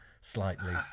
slightly